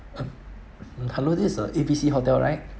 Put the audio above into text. uh hello this is uh A B C hotel right